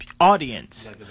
audience